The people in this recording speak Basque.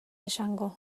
esango